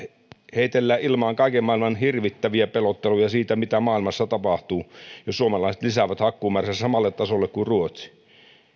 heitellään ilmaan kaiken maailman hirvittäviä pelotteluja siitä mitä maailmassa tapahtuu jos suomalaiset lisäävät hakkuumääränsä samalle tasolle kuin ruotsi